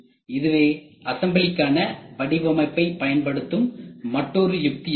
இதுவே அசம்பிளிக்கான வடிவமைப்பை பயன்படுத்தும் மற்றொரு யுக்தி ஆகும்